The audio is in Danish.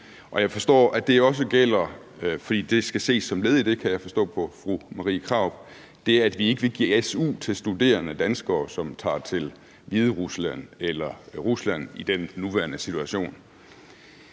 jeg forstår, at det også gælder – for det skal ses som led i det, kan jeg forstå på fru Marie Krarup – det, at vi ikke vil give su til studerende danskere, som tager til Hviderusland eller Rusland i den nuværende situation.